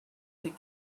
take